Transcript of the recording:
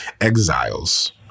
exiles